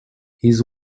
his